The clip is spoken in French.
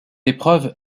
épreuve